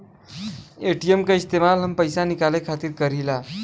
ATM क इस्तेमाल हम पइसा निकाले खातिर करीला